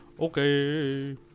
okay